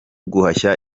guhashya